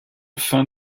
fin